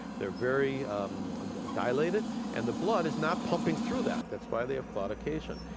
they're very um ah dilated and the blood is not pumping through that. that's why they have claudication.